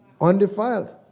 undefiled